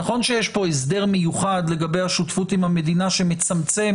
נכון שיש פה הסדר מיוחד לגבי השותפות עם המדינה שמצמצם